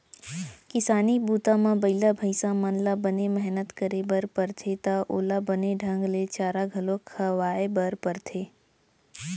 किसानी बूता म बइला भईंसा मन ल बने मेहनत करे बर परथे त ओला बने ढंग ले चारा घलौ खवाए बर परथे